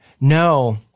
no